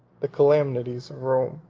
the calamities of rome.